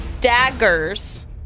daggers